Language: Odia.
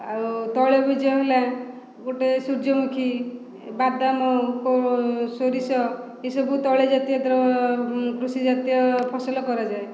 ଆଉ ତୈଳବୀଜ ହେଲା ଗୋଟେ ସୂର୍ଯ୍ୟମୁଖୀ ବାଦାମ ସୋରିଷ ଏସବୁ ତୈଳ ଜାତୀୟ କୃଷି ଜାତୀୟ ଫସଲ କରାଯାଏ